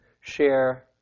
share